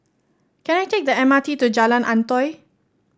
can I take the M R T to Jalan Antoi